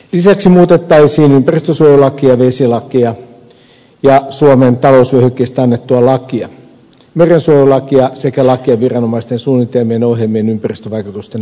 lisäksi muutettaisiin ympäristönsuojelulakia vesilakia suomen talousvyöhykkeestä annettua lakia merensuojelulakia sekä lakia viranomaisten suunnitelmien ja ohjelmien ympäristövaikutusten arvioinnista